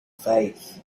faith